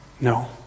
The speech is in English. No